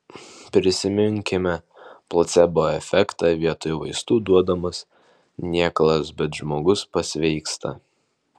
prisiminkime placebo efektą vietoj vaistų duodamas niekalas bet žmogus pasveiksta